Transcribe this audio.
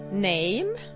name